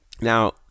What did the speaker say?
Now